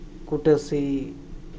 ᱯᱷᱩᱴᱟᱹᱥᱤ